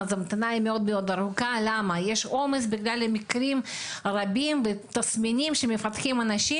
ההמתנה מאוד ארוכה כי יש עומס במקרים רבים ותסמינים שאנשים